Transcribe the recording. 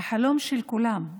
החלום של כולם.